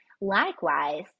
Likewise